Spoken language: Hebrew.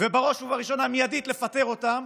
ובראש ובראשונה מיידית לפטר אותם